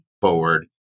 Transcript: forward